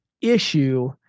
issue